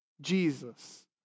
Jesus